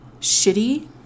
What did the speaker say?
shitty